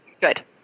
Good